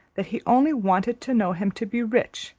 that he only wanted to know him to be rich,